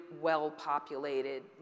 well-populated